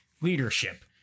leadership